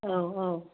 औ औ